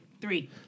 Three